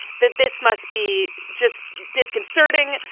that this must be just disconcerting,